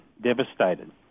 devastated